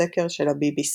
בסקר של ה-BBC.